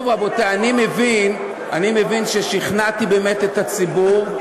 טוב, רבותי, אני מבין ששכנעתי באמת את הציבור.